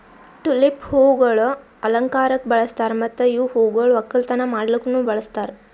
tulip ಹೂವುಗೊಳ್ ಅಲಂಕಾರಕ್ ಬಳಸ್ತಾರ್ ಮತ್ತ ಇವು ಹೂಗೊಳ್ ಒಕ್ಕಲತನ ಮಾಡ್ಲುಕನು ಬಳಸ್ತಾರ್